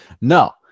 no